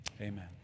Amen